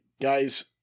guys